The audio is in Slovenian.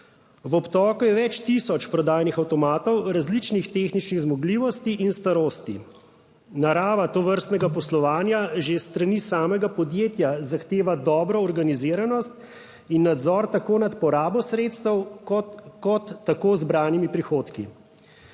V obtoku je več tisoč prodajnih avtomatov različnih tehničnih zmogljivosti in starosti. Narava tovrstnega poslovanja že s strani samega podjetja zahteva dobro organiziranost in nadzor tako nad porabo sredstev kot tako zbranimi prihodki.